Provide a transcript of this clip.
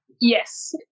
Yes